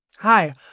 Hi